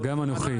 וגם אנוכי.